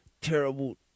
terrible